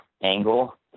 angle